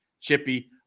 chippy